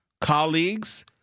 colleagues